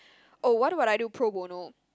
oh what do what I do pro bono